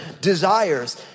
desires